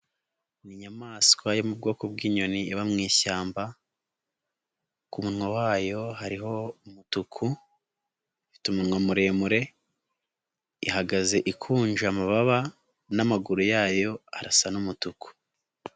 Ni inyamaswa yo mu bwoko bw'inyoni iba mu ishyamba, ku munwa wayo hariho umutuku, ifite umunwa muremure, ihagaze ikunje amababa n'amaguru yayo arasa n'umutuku.